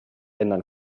ändern